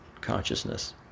consciousness